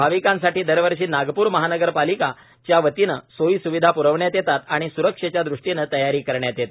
भाविकांसाठी दरवर्षी नागपूर महानगर पालिकेच्या वतीनं सोयीस्विधा प्रविण्यात येतात आणि सुरक्षेच्या दृष्टीनं तयारी करण्यात येते